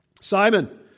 Simon